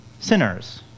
Sinners